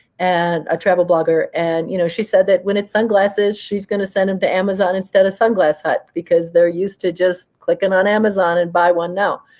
and a travel blogger, and you know she said that when it's sunglasses, she's going to send him to amazon instead of sunglass hut, because they're used to just clicking on amazon and buy one now.